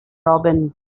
robin